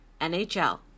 NHL